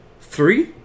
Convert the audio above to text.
Three